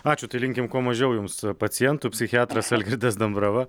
ačiū tai linkim kuo mažiau jums pacientų psichiatras algirdas dambrava